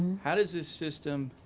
how does this system.